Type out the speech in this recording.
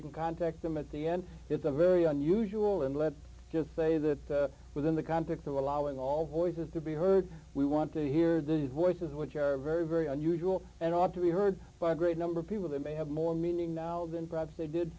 you can contact them at the end it's a very unusual and let's just say that within the context of allowing all voices to be heard we want to hear the voices which are very very unusual and ought to be heard by a great number of people they may have more meaning now than perhaps they did